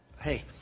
hey